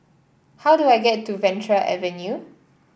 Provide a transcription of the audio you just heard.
how do I get to Venture Avenue